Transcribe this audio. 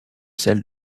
celle